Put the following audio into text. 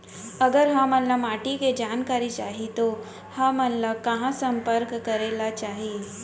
अगर हमन ला माटी के जानकारी चाही तो हमन ला कहाँ संपर्क करे ला चाही?